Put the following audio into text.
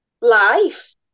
life